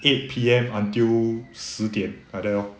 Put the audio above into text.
eight P_M until 十点 like that lor